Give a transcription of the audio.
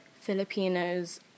Filipinos